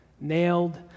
nailed